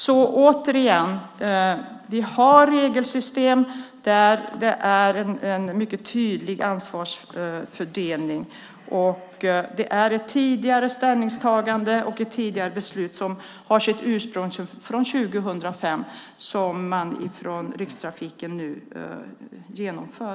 Vi har alltså regelsystem med en mycket tydlig ansvarsfördelning, och det är ett tidigare ställningstagande och ett tidigare beslut som har sitt ursprung från 2005 som Rikstrafiken nu genomför.